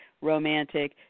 romantic